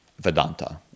Vedanta